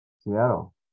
Seattle